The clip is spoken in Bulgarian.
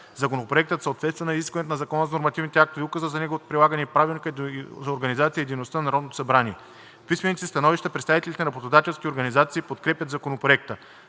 Законопроектът съответства на изискванията на Закона за нормативните актове, указа за неговото прилагане и на Правилника за организацията и дейността на Народното събрание. В писмените си становища представителите на работодателските организации подкрепят Законопроекта.